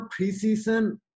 preseason